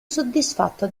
soddisfatto